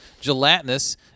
gelatinous